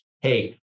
hey